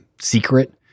secret